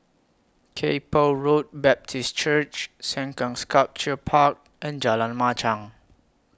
Kay Poh Road Baptist Church Sengkang Sculpture Park and Jalan Machang